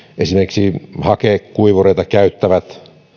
esimerkiksi hakekuivureita käyttäville